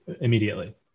immediately